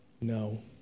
no